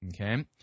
Okay